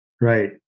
right